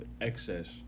excess